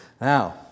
Now